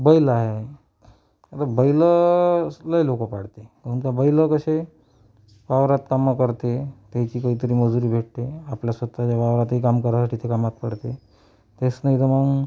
बैल आहे आता बैल लई लोक पाळते काऊन का बैल कसे वावरात काम करते त्यांची काहीतरी मजुरी भेटते आपल्या स्वत च्या वावरातही काम करायसाठीच्या ते कामात पडते तेच नाही तर मग